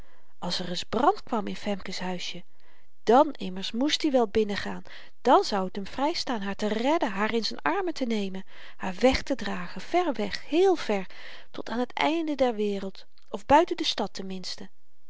als er eens brand kwam in femke's huisje dàn immers moest i wel binnen gaan dàn zou t hem vrystaan haar te redden haar in z'n armen te nemen haar wegtedragen ver weg heel ver tot aan t einde der wereld of buiten de stad tenminste